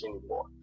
anymore